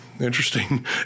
interesting